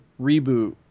reboot